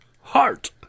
Heart